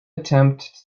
attempt